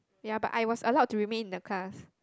ya but I was allowed to remain in the class